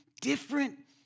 different